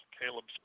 Caleb's